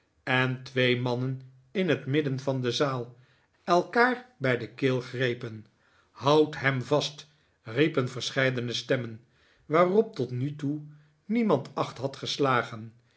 en twee mannen in het midden van de zaal elkaar bij de keel grepen houdt hem vast riepen verscheidene stemmen waarop tot nu toe niemand acht had geslagen